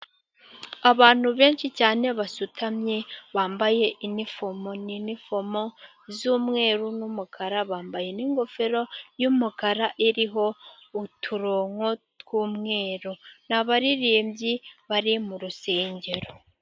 Abantu benshi cyane basutamye, bambaye inifomo, ni inifomo z'umweru, n'umukara, bambaye n'ingofero y'umukara iriho uturongo tw'umweru. Ni abaririmbyi bari mu rusengero.